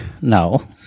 No